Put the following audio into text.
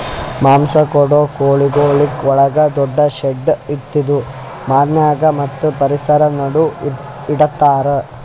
ಮಾಂಸ ಕೊಡೋ ಕೋಳಿಗೊಳಿಗ್ ಒಳಗ ದೊಡ್ಡು ಶೆಡ್ ಇದ್ದಿದು ಮನ್ಯಾಗ ಮತ್ತ್ ಪರಿಸರ ನಡು ಇಡತಾರ್